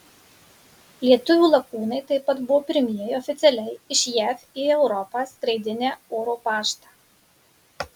lietuvių lakūnai taip pat buvo pirmieji oficialiai iš jav į europą skraidinę oro paštą